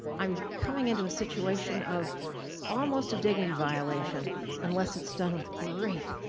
i'm coming into a situation of almost a dignity violation unless it's done with great,